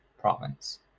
province